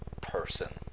person